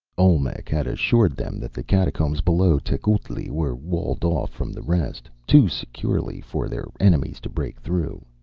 olmec had assured them that the catacombs below tecuhltli were walled off from the rest, too securely for their enemies to break through.